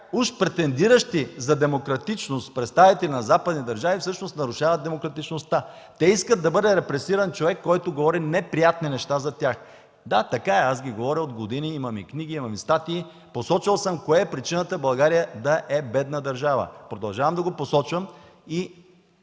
уж претендиращи за демократичност в представите на западни държави, всъщност нарушават демократичността. Те искат да бъде репресиран човек, който говори неприятни неща за тях. Да, така е, аз ги говоря от години, имам книги, имам статии. Посочил съм коя е причината България да е бедна държава, продължавам да го посочвам и